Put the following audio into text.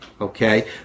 Okay